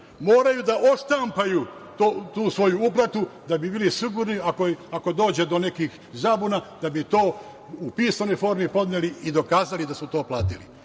moraju da odštampaju tu svoju uplatu da bi bili sigurni ako dođe do nekih zabuna, da bi to u pisanoj formi podneli i dokazali da su to platili. Toliko,